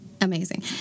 amazing